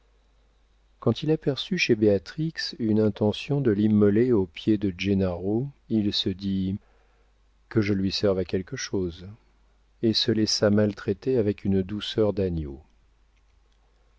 quand il aperçut chez béatrix une intention de l'immoler aux pieds de gennaro il se dit que je lui serve à quelque chose et se laissa maltraiter avec une douceur d'agneau